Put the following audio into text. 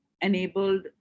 enabled